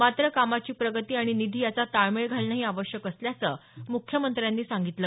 मात्र कामाची प्रगती आणि निधी याचा ताळमेळ घालणंही आवश्यक असल्याचं मुख्यमंत्र्यांनी सांगितलं